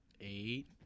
eight